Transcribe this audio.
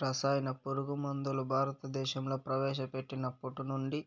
రసాయన పురుగుమందులు భారతదేశంలో ప్రవేశపెట్టినప్పటి నుండి